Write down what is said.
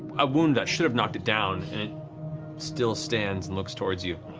a wound that should have knocked it down, and it still stands and looks towards you